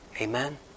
Amen